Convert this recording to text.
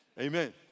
Amen